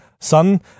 son